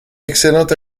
excellent